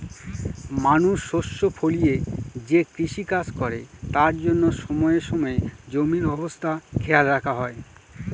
মানুষ শস্য ফলিয়ে যে কৃষিকাজ করে তার জন্য সময়ে সময়ে জমির অবস্থা খেয়াল রাখা হয়